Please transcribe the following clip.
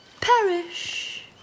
perish